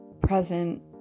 present